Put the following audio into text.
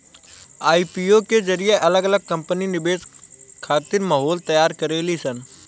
IPO के जरिए अलग अलग कंपनी निवेश खातिर माहौल तैयार करेली सन